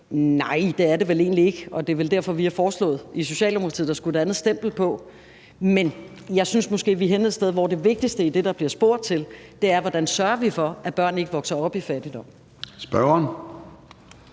Nej, det er det vel egentlig ikke. Og det er vel derfor, vi har foreslået i Socialdemokratiet, at der skulle et andet stempel på. Men jeg synes måske, vi er henne et sted, hvor det vigtigste i det, der bliver spurgt til, er: Hvordan sørger vi for, at børn ikke vokser op i fattigdom? Kl.